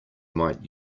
might